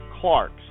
Clark's